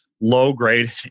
Low-grade